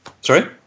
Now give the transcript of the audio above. sorry